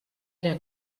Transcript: era